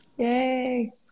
Yay